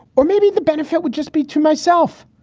or maybe the benefit would just be to myself,